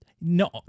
No